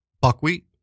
Buckwheat